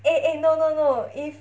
eh eh no no no if